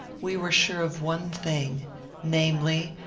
we were sure of one thing namely,